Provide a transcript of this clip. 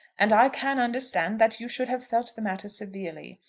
and i can understand that you should have felt the matter severely.